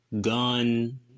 gun